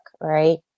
right